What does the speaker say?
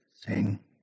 sing